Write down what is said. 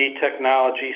technology